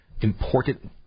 important